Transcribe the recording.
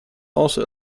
also